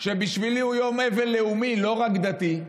שבשבילי הוא יום אבל לאומי, לא רק דתי,